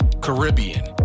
caribbean